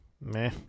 Meh